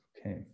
okay